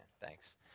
thanks